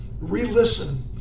re-listen